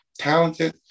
talented